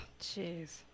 Jeez